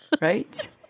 Right